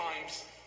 times